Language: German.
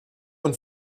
und